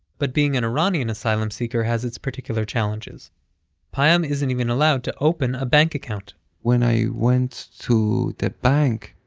but being an iranian asylum seeker has its particular challenges payam isn't even allowed to open a bank account when i went to the bank,